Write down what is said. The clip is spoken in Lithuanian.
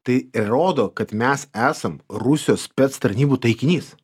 tai įrodo kad mes esam rusijos spec tarnybų taikinys